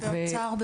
וגם האוצר.